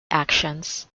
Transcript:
actions